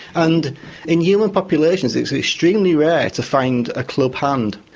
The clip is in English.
and in human populations, it's extremely rare to find a club-hand.